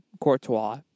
Courtois